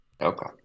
Okay